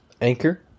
Anchor